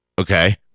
Okay